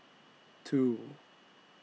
two